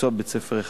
המקצוע בבית-ספר אחד.